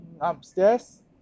upstairs